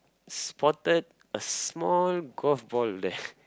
spotted a small golf ball there